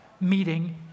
meeting